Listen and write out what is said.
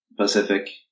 Pacific